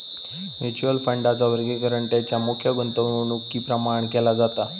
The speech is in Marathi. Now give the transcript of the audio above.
म्युच्युअल फंडांचा वर्गीकरण तेंच्या मुख्य गुंतवणुकीप्रमाण केला जाता